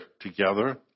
together